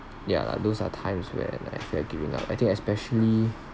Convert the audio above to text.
ya lah those are times when I feel like giving up I think especially